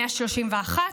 131,